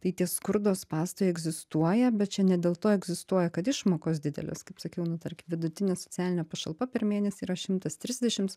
tai tie skurdo spąstai egzistuoja bet čia ne dėl to egzistuoja kad išmokos didelės kaip sakiau nu tarkim vidutinė socialinė pašalpa per mėnesį yra šimtas trisdešims